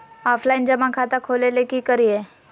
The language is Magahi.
ऑफलाइन जमा खाता खोले ले की करिए?